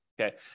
okay